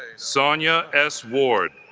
sonia s. ward